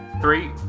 Three